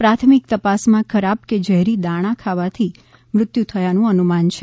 પ્રાથમિક તપાસમાં ખરાબ કે ઝેરી દાણા ખાવાથી મૃત્યુ થયાનું અનુમાન છે